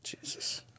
Jesus